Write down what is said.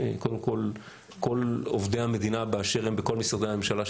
קודם כול כל עובדי המדינה באשר הם בכל משרדי הממשלה,